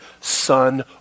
son